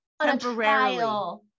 Temporarily